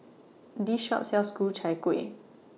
This Shop sells Ku Chai Kuih